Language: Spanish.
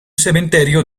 cementerio